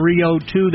302